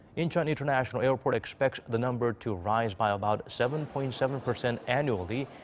incheon international airport expects the number to rise by about seven point seven percent annually.